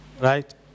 right